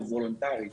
הוא וולונטרי.